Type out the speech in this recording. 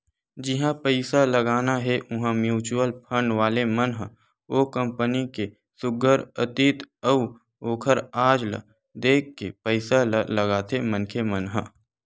जिहाँ पइसा लगाना हे उहाँ म्युचुअल फंड वाले मन ह ओ कंपनी के सुग्घर अतीत अउ ओखर आज ल देख के पइसा ल लगाथे मनखे मन ह